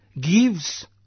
Gives